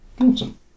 Awesome